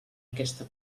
aquesta